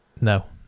No